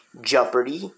Jeopardy